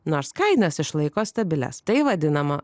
nors kainas išlaiko stabilias tai vadinama